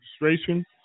registration